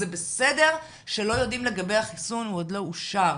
זה בסדר שלא יודעים לגבי החיסון אם הוא עוד לא אושר,